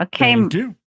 Okay